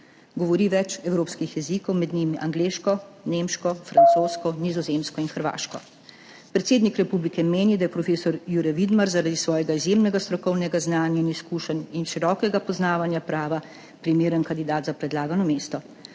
Govori več evropskih jezikov, med njimi angleško, nemško, francosko, nizozemsko in hrvaško. Predsednik republike meni, da je prof. Jure Vidmar zaradi svojega izjemnega strokovnega znanja in izkušenj in širokega poznavanja prava primeren kandidat za predlagano mesto.